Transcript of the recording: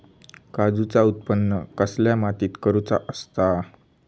काजूचा उत्त्पन कसल्या मातीत करुचा असता?